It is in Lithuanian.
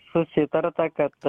susitarta kad